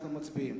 אנחנו מצביעים.